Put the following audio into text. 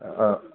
ആ